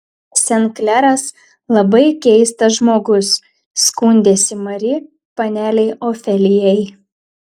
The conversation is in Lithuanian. sen kleras labai keistas žmogus skundėsi mari panelei ofelijai